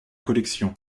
collection